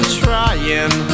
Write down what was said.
trying